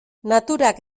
naturak